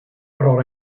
pro